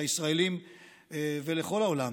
לישראלים ולכל העולם,